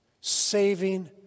saving